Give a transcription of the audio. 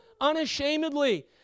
unashamedly